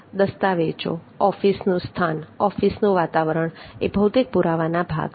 દસ્તાવેજો ઓફિસનું સ્થાન ઓફીસનું વાતાવરણ એ ભૌતિક પુરાવાના ભાગ છે